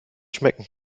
schmecken